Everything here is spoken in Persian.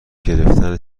گرفتن